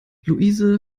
luise